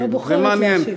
היא לא בוחרת להשיב.